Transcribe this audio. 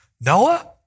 Noah